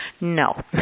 No